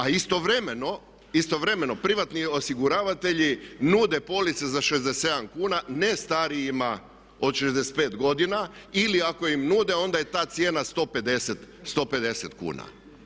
A istovremeno, istovremeno privatni osiguravatelji nude police za 67 kuna ne starijima od 65 godina, ili ako im nude onda je ta cijena 150 kuna.